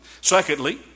Secondly